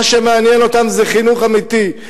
מה שמעניין אותם זה חינוך אמיתי,